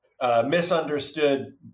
misunderstood